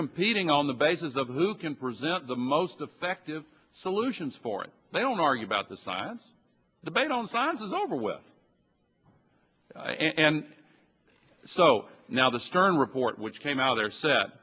competing on the basis of who can present the most effective solutions for it they don't argue about the size the bang on science is over well and so now the stern report which came out there sa